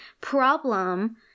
problem